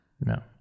No